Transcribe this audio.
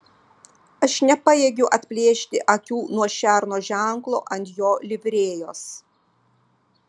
aš nepajėgiu atplėšti akių nuo šerno ženklo ant jo livrėjos